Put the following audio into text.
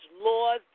laws